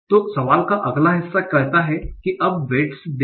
तो सवाल का अगला हिस्सा कहता है कि अब वेट्स दें